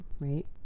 right